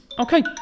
Okay